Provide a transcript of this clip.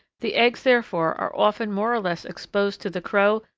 the eggs, therefore, are often more or less exposed to the crow,